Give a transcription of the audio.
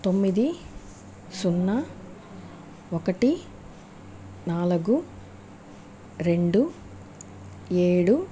తొమ్మిది సున్నా ఒకటి నాలుగు రెండు ఏడు